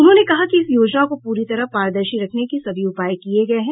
उन्होंने कहा कि इस योजना को पूरी तरह पारदर्शी रखने के सभी उपाय किये गये हैं